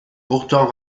pourtant